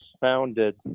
founded